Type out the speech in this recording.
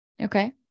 Okay